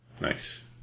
Nice